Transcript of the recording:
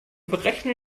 berechnen